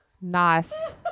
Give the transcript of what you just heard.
Nice